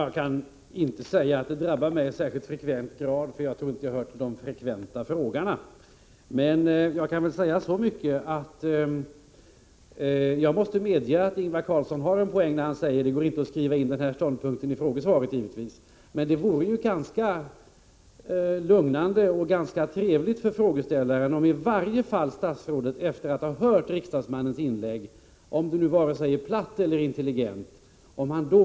Allmänna prisregleringslagen är en beredskapslag som alltid är i kraft men som får tillämpas endast i vissa särskilda lägen såsom i fall av krig och krigsfara eller om av annan orsak fara har uppkommit för allvarlig prisstegring inom riket på viktigare varueller tjänsteområden. Regeringens målsättning för år 1985 är emellertid att prisstegringarna skall bli lägre än under 1984 och ej överstiga 3 Zo.